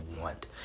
want